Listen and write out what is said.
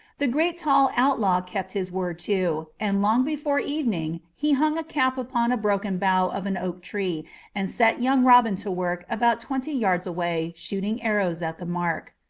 the great tall outlaw kept his word too, and long before evening he hung a cap upon a broken bough of an oak tree and set young robin to work about twenty yards away shooting arrows at the mark.